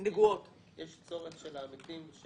אני חושב שיש צורך של העמיתים של